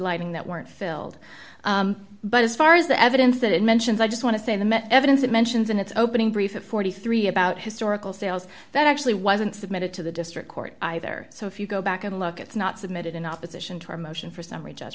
lighting that weren't filled but as far as the evidence that it mentions i just want to say the met evidence it mentions in its opening brief of forty three about historical sales that actually wasn't submitted to the district court either so if you go back and look it's not submitted in opposition to a motion for summary j